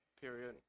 Period